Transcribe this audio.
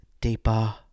deeper